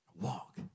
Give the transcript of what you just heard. walk